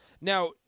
Now